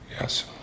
Yes